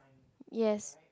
yes